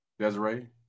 Desiree